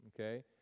okay